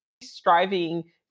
striving